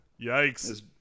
Yikes